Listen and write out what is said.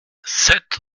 sept